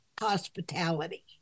hospitality